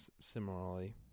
similarly